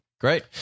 Great